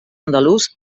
andalús